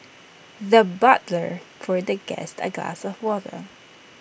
the butler poured the guest A glass of water